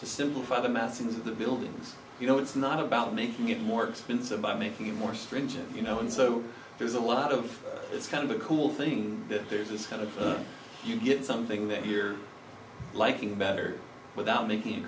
to simplify the masses of the buildings you know it's not about making it more expensive by making it more stringent you know and so there's a lot of it's kind of a cool thing that there's this kind of you get something that you're liking better without making